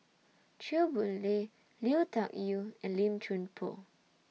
Chew Boon Lay Lui Tuck Yew and Lim Chuan Poh